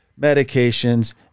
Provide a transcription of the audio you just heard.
medications